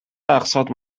اقساط